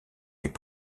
est